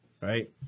right